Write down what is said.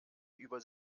über